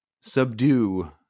subdue